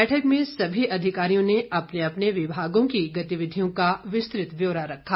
बैठक में सभी अधिकारियों ने अपने अपने विभागों की गतिविधियों का विस्तृत ब्यौरा रखा